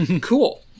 Cool